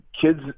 kids